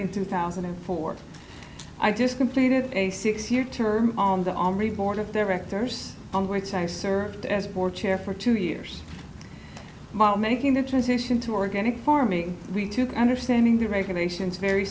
in two thousand and four i just completed a six year term on the army board of directors on which i served as board chair for two years ma making the transition to organic farming we took understanding the regulations very